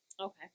okay